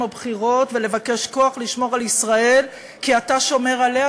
הבחירות ולבקש כוח לשמור על ישראל כי אתה שומר עליה,